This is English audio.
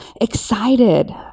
excited